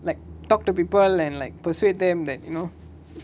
like talk to people and like persuade them that you know